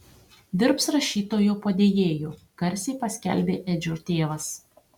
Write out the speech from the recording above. dirbs rašytojo padėjėju garsiai paskelbė edžio tėvas